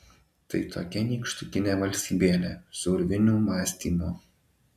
tai tokia nykštukinė valstybėlė su urvinių mąstymu